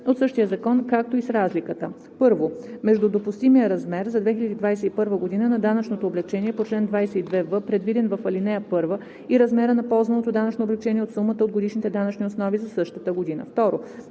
от същия закон, както и с разликата: 1. между допустимия размер за 2021 г. на данъчното облекчение по чл. 22в, предвиден в ал. 1, и размера на ползваното данъчно облекчение от сумата от годишните данъчни основи за същата година; 2.